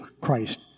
Christ